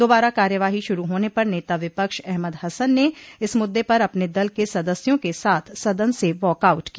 दोबारा कार्यवाही शुरू होने पर नेता विपक्ष अहमद हसन ने इस मुद्दे पर अपने दल के सदस्यों के साथ सदन से वॉकआउट किया